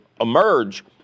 emerge